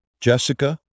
Jessica